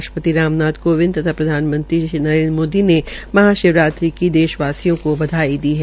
राष्ट्रपति राम नाथ कोविंद तथा प्रधानमंत्री श्री नरेन्द्र मोदी ने महाशिवरात्रि की देशवासियों को बधाई दी है